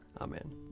Amen